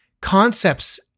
concepts